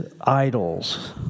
idols